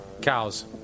Cows